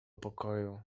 pokoju